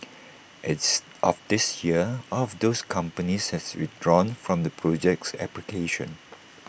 as of this year all of those companies has withdrawn from the project's application